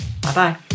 Bye-bye